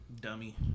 Dummy